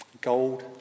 gold